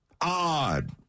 odd